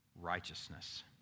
righteousness